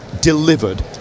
delivered